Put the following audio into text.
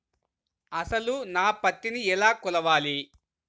అసలు నా పత్తిని ఎలా కొలవాలి?